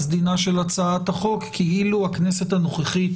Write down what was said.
אז דינה של הצעת החוק כאילו הכנסת הנוכחית